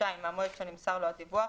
חודשיים מהמועד שנמסר לו הדיווח,